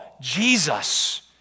Jesus